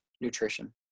nutrition